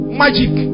magic